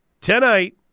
tonight